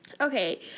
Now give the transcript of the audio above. Okay